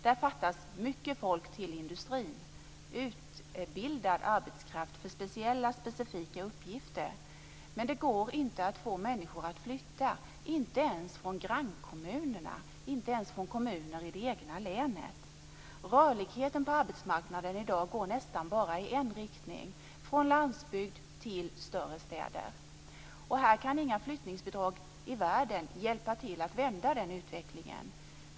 Där fattas mycket människor till industrin, utbildad arbetskraft till speciella och specifika uppgifter. Men det går inte att få människor att flytta, inte ens från grannkommuner eller kommuner i det egna länet. Rörligheten på arbetsmarknaden går nästan bara i en riktning: från landsbygd till större städer. Här kan inga flyttningsbidrag i världen hjälpa till att vända den utvecklingen.